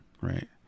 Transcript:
right